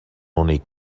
únic